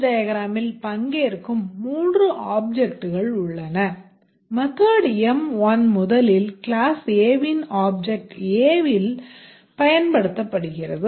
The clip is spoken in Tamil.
sequence diagramமில் பங்கேற்கும் மூன்று objectகள் உள்ளன method m1 முதலில் class A ன் object a இல் பயன்படுத்தப்படுகிறது